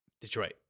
Detroit